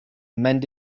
mend